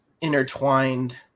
intertwined